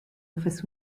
office